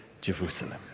Jerusalem